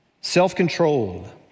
self-controlled